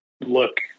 look